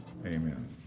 Amen